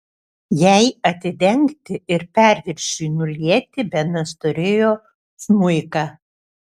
jai atidengti ir perviršiui nulieti benas turėjo smuiką